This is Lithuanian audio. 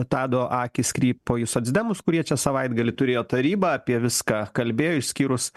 tado akys krypo į socdemus kurie čia savaitgalį turėjo tarybą apie viską kalbėjo išskyrus